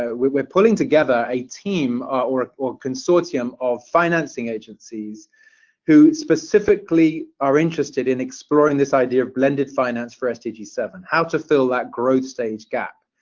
ah we're we're pulling together a team or a consortium of financing agencies who specifically are interested in exploring this idea of blended finance for s d g seven, how to fill that growth stage gap.